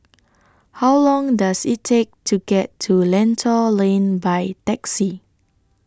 How Long Does IT Take to get to Lentor Lane By Taxi